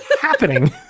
happening